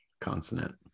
Consonant